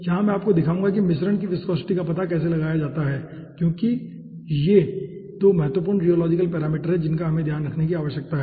यहां मैं आपको दिखाऊंगा कि मिश्रण की विस्कोसिटी का पता कैसे लगाया जाता है क्योंकि ये 2 महत्वपूर्ण रियोलॉजिकल पैरामीटर हैं जिनका हमें ध्यान रखने की आवश्यकता है